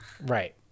Right